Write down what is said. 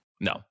no